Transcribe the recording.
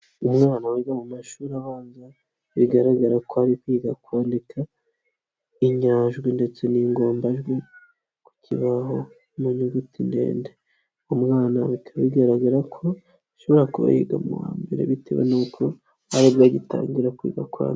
Umwana wiga mu mashuri abanza bigaragara ko ari kwiga kwandika inyajwi ndetse n'ingombajwi ku kibaho mu nyuguti ndende, umwana bikaba bigaragara ko ashobora kuba yiga mu wa mbere bitewe n'uko ari bwo agitangira kwiga kwandika.